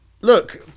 Look